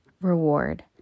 reward